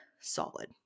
solid